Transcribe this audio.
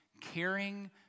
caring